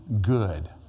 good